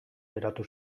eratu